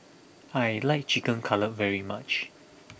I like Chicken Cutlet very much